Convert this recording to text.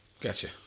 Gotcha